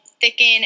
thicken